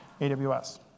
AWS